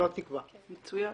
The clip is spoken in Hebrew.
תודה רבה.